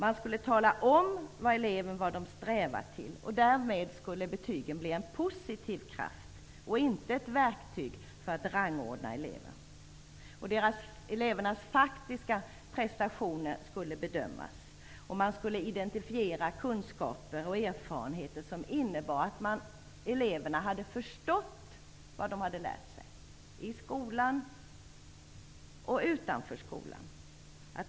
Man skulle tala om för eleverna vad de strävar mot, och därmed skulle betygen bli en positiv kraft och inte ett verktyg för att rangordna elever. Det var elevernas faktiska prestationer som skulle bedömas. Man skulle identifiera kunskaper och erfarenheter som innebar att eleverna hade förstått vad de hade lärt sig i skolan och utanför skolan.